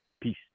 Peace